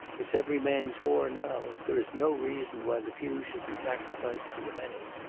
it's every man's war now. there is no reason why the few should be sacrificed for the many.